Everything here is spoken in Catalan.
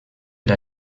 era